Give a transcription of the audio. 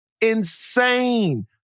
insane